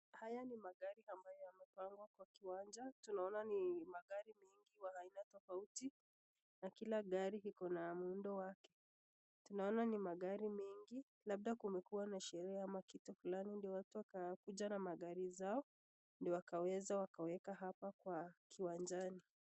Haya ni magari ambayo yamepangwa kwa kiwanja. Tunaona ni magari mingi ya aina tofauti na kina gari likona muundo wake. Tunaona ni magari mengi, labda kumekuwa na sherehe ama kitu fulani ndio watu wakakuja na magari zao ndio wakaweza wakaweka hapa kwa kiwanjani.